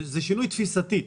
זה שינוי תפיסתי.